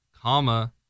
comma